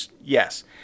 Yes